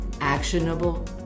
actionable